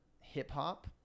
hip-hop